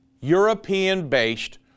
European-based